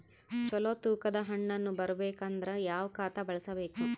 ಚಲೋ ತೂಕ ದ ಹಣ್ಣನ್ನು ಬರಬೇಕು ಅಂದರ ಯಾವ ಖಾತಾ ಬಳಸಬೇಕು?